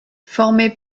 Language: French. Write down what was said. formé